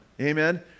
Amen